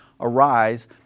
Arise